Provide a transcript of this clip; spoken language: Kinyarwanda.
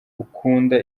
ukunda